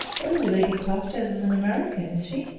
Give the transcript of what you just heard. oh, lady carstairs is an american, is she?